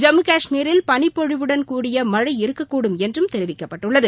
ஜம்மு கஷ்மீரில் பனிப்பொழிவுடன் கூடிய மழை இருக்கக்கூடும் என்றும் தெரிவிக்கப்பட்டுள்ளது